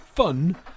fun